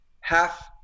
half